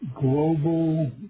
global